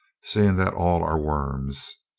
seeing that all are worms.